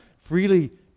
freely